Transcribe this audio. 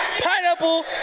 pineapple